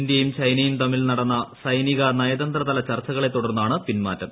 ഇന്ത്യയും ചൈനയും തമ്മിൽ നടന്ന സൈനിക നയതന്ത്ര തല ചർച്ചകളെ തുടർന്നാണ് പിൻമാറ്റം